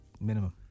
Minimum